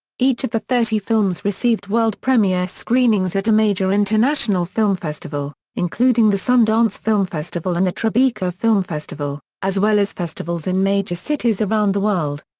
each of the thirty films received world premiere screenings at a major international film festival, including the sundance film festival and the tribeca film festival, as well as festivals in major cities around the world.